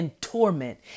Torment